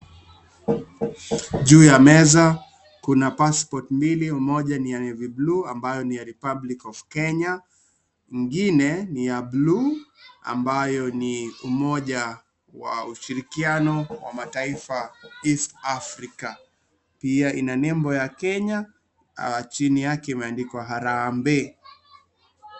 Juu ya meza kuna passport mbili moja ni ya navy blue ambayo ni ya republic of Kenya ingine ni ya bluu ambayo ni umoja wa ushirikiano wa mataifa East Africa, pia ina nembo ya Kenya chini yake imeandikwa harambee.